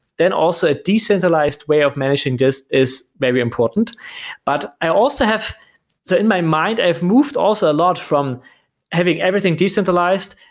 then also a decentralized way of managing this is maybe important but i also have there so in my mind, i have moved also a lot from having everything decentralized,